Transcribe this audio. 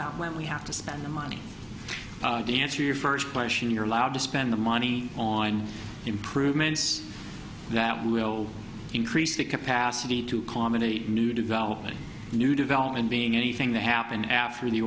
about when we have to spend the money to answer your first question you're allowed to spend the money on improvements that will increase the capacity to comment on the new development new development being anything that happened after the